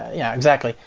yeah exactly.